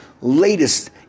latest